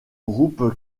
groupe